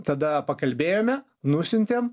tada pakalbėjome nusiuntėm